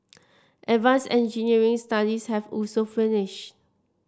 advance engineering studies have also finished